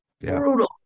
brutal